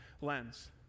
lens